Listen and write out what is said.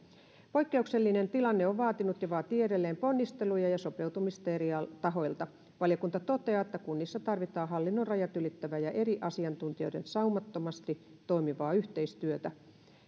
poikkeuksellinen tilanne on vaatinut ja vaatii edelleen ponnisteluja ja sopeutumista eri tahoilta valiokunta toteaa että kunnissa tarvitaan hallinnon rajat ylittävää ja eri asiantuntijoiden saumattomasti toimivaa yhteistyötä